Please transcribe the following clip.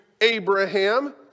Abraham